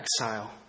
exile